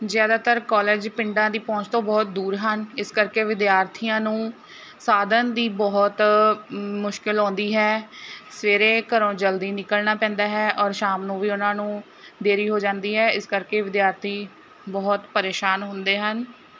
ਜ਼ਿਆਦਾਤਰ ਕੋਲਜ ਪਿੰਡਾਂ ਦੀ ਪਹੁੰਚ ਤੋਂ ਬਹੁਤ ਦੂਰ ਹਨ ਇਸ ਕਰਕੇ ਵਿਦਿਆਰਥੀਆਂ ਨੂੰ ਸਾਧਨ ਦੀ ਬਹੁਤ ਮੁਸ਼ਕਿਲ ਆਉਂਦੀ ਹੈ ਸਵੇਰੇ ਘਰੋਂ ਜਲਦੀ ਨਿਕਲਣਾ ਪੈਂਦਾ ਹੈ ਔਰ ਸ਼ਾਮ ਨੂੰ ਵੀ ਉਹਨਾਂ ਨੂੰ ਦੇਰੀ ਹੋ ਜਾਂਦੀ ਹੈ ਇਸ ਕਰਕੇ ਵਿਦਿਆਰਥੀ ਬਹੁਤ ਪਰੇਸ਼ਾਨ ਹੁੰਦੇ ਹਨ